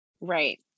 Right